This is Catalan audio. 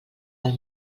del